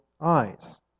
eyes